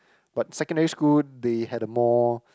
but secondary school they had the more